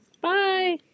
Bye